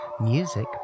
Music